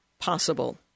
possible